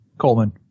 Coleman